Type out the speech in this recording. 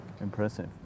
Impressive